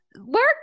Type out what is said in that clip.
work